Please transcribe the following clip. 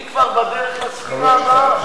היא כבר בדרך לספינה הבאה,